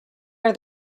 are